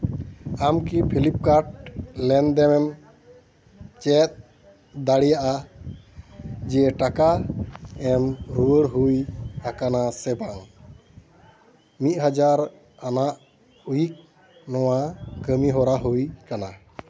ᱟᱢ ᱠᱤ ᱯᱷᱤᱞᱤᱯᱠᱟᱨᱴ ᱞᱮᱱᱫᱮᱱ ᱮᱢ ᱪᱮᱠ ᱫᱟᱲᱮᱭᱟᱜᱼᱟ ᱡᱮ ᱴᱟᱠᱟ ᱮᱢ ᱨᱩᱣᱟᱹᱲ ᱦᱩᱭ ᱟᱠᱟᱱᱟ ᱥᱮ ᱵᱟᱝ ᱢᱤᱫ ᱦᱟᱡᱟᱨ ᱟᱱᱟᱜ ᱩᱭᱤᱠ ᱱᱚᱣᱟ ᱠᱟᱹᱢᱤᱦᱚᱨᱟ ᱦᱩᱭ ᱠᱟᱱᱟ